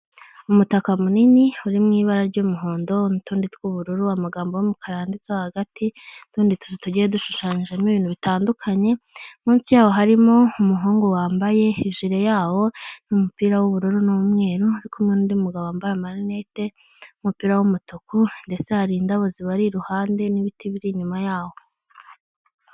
Umutaka munini uri mu ibara ry'umuhondo n'utundi tw'ubururu, amagambo y'umukara yanditseho hagati n'utundi tuzu tugiye dushushanyijemo ibintu bitandukanye, munsi yaho harimo umuhungu wambaye ijire yawo n'umupira w'ubururu n'umweru, uri kumwe n'undi mugabo wambaye amarinete, umupira w'umutuku ndetse hari indabo zibari iruhande n'ibiti biri inyuma yaho.